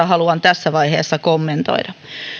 haluan tässä vaiheessa kommentoida